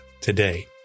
today